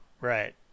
right